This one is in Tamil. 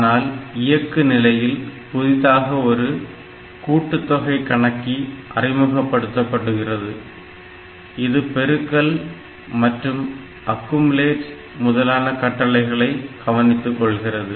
ஆனால் இயக்கு நிலையில் புதிதாக ஒரு கூட்டுத்தொகை கணக்கி அறிமுகப்படுத்தப்படுகிறது இது பெருக்குதல் மற்றும் அக்குமுலேட் முதலான கட்டளைகளை கவனித்துக் கொள்கிறது